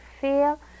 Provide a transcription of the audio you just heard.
feel